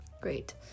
great